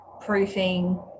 proofing